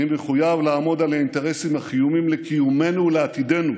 אני מחויב לעמוד על האינטרסים החיוניים לקיומנו ולעתידנו,